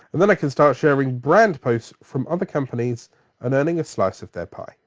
and then i can start sharing brand posts from other companies and earning a slice of their pie.